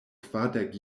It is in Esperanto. kvardek